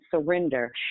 surrender